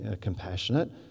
compassionate